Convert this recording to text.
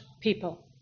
people